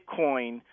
Bitcoin